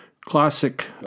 classic